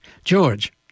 George